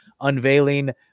Unveiling